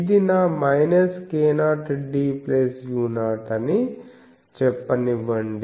ఇది నా k0d u0 అని చెప్పనివ్వండి